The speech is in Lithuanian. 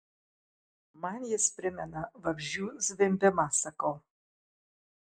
man jis primena vabzdžių zvimbimą sakau